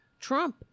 Trump